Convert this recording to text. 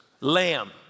Lamb